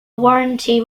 warranty